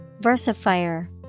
Versifier